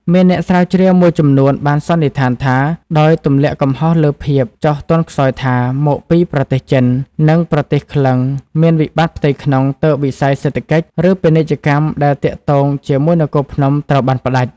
មានអ្នកស្រាវជ្រាវមួយចំនួនបានសន្និដ្ឋាន ដោយទម្លាក់កំហុសលើភាព ចុះទន់ខ្សោយថា មកពីប្រទេសចិន និងប្រទេសក្លិង្គមានវិបត្តិផ្ទៃក្នុង ទើបវិស័យ សេដ្ឋកិច្ច ឬពាណិជ្ជកម្មដែលទាក់ទងជាមួយនគរភ្នំត្រូវបានផ្តាច់។